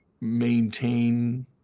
maintain